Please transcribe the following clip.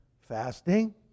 fasting